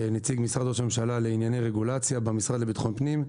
נציג משרד ראש הממשלה לענייני רגולציה במשרד לביטחון פנים.